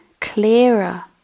clearer